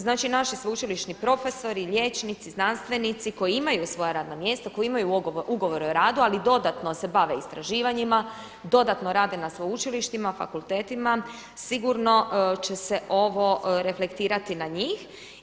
Znači, naši sveučilišni profesori, liječnici, znanstvenici koji imaju svoja radna mjesta, koji imaju ugovore o radu ali dodatno se bave istraživanjima, dodatno rade na sveučilištima, fakultetima sigurno će se ovo reflektirati na njih.